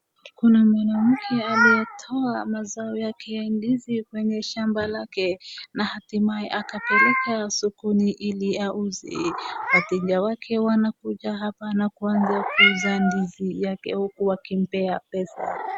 Kuna mwanamke aliyetoa mazao yake ya ndizi kwenye shamba lake na hatimaye akapeleka sokoni ili auze. Wateja wake wanakuja hapa na kuanza kuuza ndizi yake huku wakimpea pesa.